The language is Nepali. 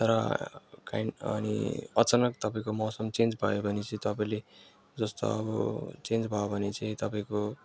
तर काइन्ड अनि अचानक तपाईँको मौसम चेन्ज भयो भने चाहिँ तपाईँले जस्तो अब चेन्ज भयो भने चाहिँ तपाईँको